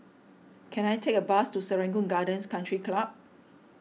can I take a bus to Serangoon Gardens Country Club